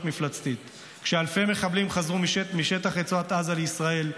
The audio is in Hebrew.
מפלצתית כשאלפי מחבלים חדרו משטח רצועת עזה לישראל,